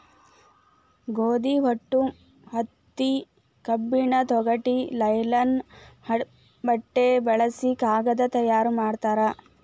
ಗೋದಿ ಹೊಟ್ಟು ಹತ್ತಿ ಕಬ್ಬಿನ ತೊಗಟಿ ಲೈಲನ್ ಬಟ್ಟೆ ಬಳಸಿ ಕಾಗದಾ ತಯಾರ ಮಾಡ್ತಾರ